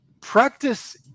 practice